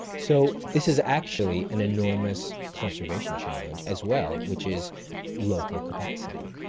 so this is actually an enormous conservation challenge as well, which is local capacity.